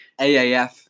AAF